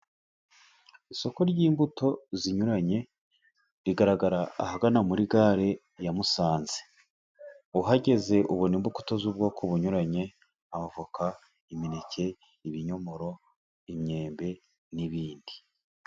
Isoko ry'imbuto zinyuranye, rigaragara ahagana muri gare ya Musanze, uhageze ubona imbuto z'ubwoko bunyuranye, avoka, imineke, ibinyomoro, imyembe, n'ibindi.